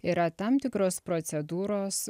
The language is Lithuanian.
yra tam tikros procedūros